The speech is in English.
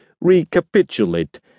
recapitulate